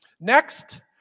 Next